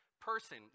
person